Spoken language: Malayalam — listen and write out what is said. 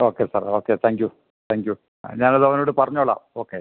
okay sir okay thank you thank you ഞാനതവനോട് പറഞ്ഞോളാം ഓക്കെ